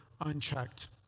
unchecked